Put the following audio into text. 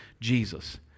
Jesus